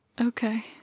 Okay